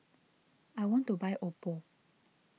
I want to buy Oppo